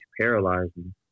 paralyzing